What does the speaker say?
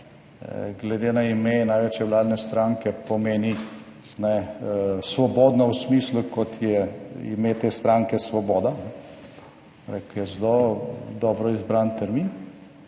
glede na ime največje vladne stranke pomeni svobodna v smislu, kot je ime te stranke Svoboda, ki je zelo dobro izbran termin,